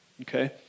okay